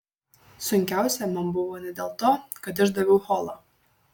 sunkiausia man buvo ne dėl to kad išdaviau holą